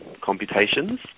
computations